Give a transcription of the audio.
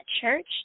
church